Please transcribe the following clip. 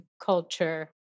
culture